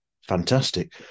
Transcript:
fantastic